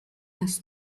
has